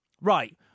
right